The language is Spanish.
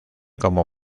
como